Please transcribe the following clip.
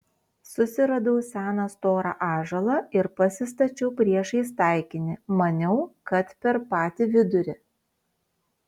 susiradau seną storą ąžuolą ir pasistačiau priešais taikinį maniau kad per patį vidurį